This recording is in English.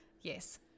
Yes